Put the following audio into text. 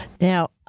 Now